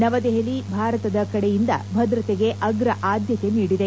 ನವದೆಹಲಿ ಭಾರತದ ಕಡೆಯಿಂದ ಭದ್ರತೆಗೆ ಅಗ್ರ ಆದ್ಯತೆ ನೀಡಿದೆ